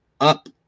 up